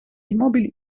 immobili